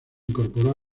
incorporó